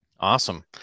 Awesome